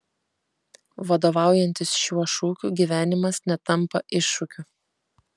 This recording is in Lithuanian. vadovaujantis šiuo šūkiu gyvenimas netampa iššūkiu